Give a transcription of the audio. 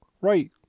Right